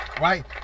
right